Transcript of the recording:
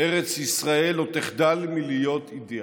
ארץ ישראל לא תחדל מלהיות אידיאל.